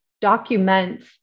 document